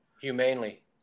humanely